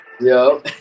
yo